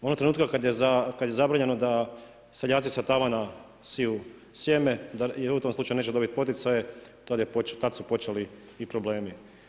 Onog trenutka, kad je zabranjeno da seljaci sa tavana siju sjeme, u tom slučaju neće dobiti poticaje, tada su počeli i problemi.